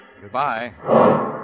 goodbye